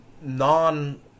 non